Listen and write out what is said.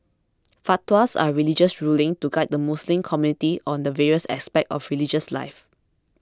fatwas are religious rulings to guide the Muslim community on the various aspects of religious life